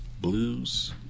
blues